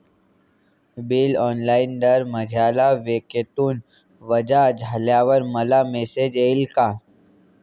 Bill online दर महिन्याला बँकेतून वजा झाल्यावर मला मेसेज येईल का?